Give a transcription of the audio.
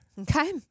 Okay